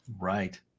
Right